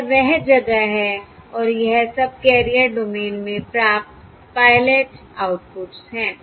यह वह जगह है और यह सबकैरियर डोमेन में प्राप्त पायलट आउटपुट्स हैं